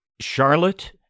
Charlotte